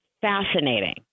fascinating